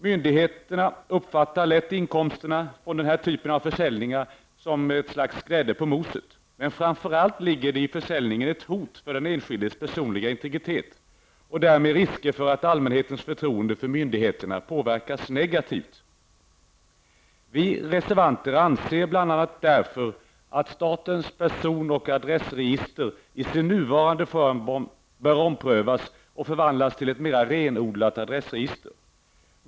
Myndigheterna uppfattar lätt inkomsterna från den här typen av försäljningar som ett slags grädde på moset. Men framför allt ligger det i försäljningen ett hot mot den enskildes personliga integritet och därmed risker för att allmänheten förtroende för myndigheterna påverkas negativt. Vi reservanter anser bl.a. därför att statens person och adressregister i sin nuvarande form bör omprövas och förvandlas till ett mer renodlat adressregister.